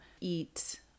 eat